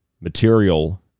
material